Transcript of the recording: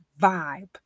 vibe